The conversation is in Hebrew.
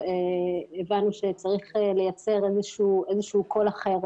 הבנו שצריך לייצר איזה שהוא קול אחר.